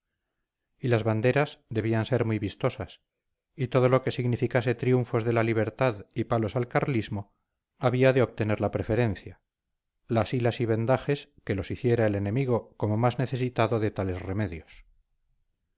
y las banderas debían ser muy vistosas y todo lo que significase triunfos de la libertad y palos al carlismo había de obtener la preferencia las hilas y vendajes que los hiciera el enemigo como más necesitado de tales remedios